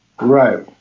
Right